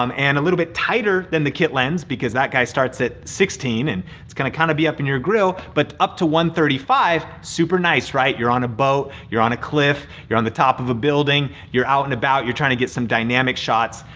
um and a little bit tighter than the kit lens, because that guy starts at sixteen and it's gonna kinda be up in your grill, but up to one hundred and thirty five, super nice, right? you're on a boat, you're on a cliff, you're on the top of a building, you're out and about, you're trying to get some dynamic shots,